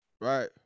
Right